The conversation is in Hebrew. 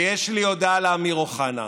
ויש לי הודעה לאמיר אוחנה: